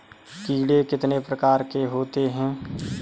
कीड़े कितने प्रकार के होते हैं?